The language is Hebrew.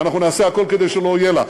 ואנחנו נעשה הכול כדי שלא יהיה לה.